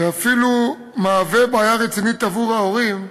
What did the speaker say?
ואפילו מהווה בעיה רצינית עבור ההורים,